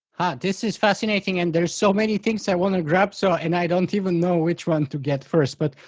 this is fascinating, and there's so many things i want to grab, so, and i don't even know which one to get first, but.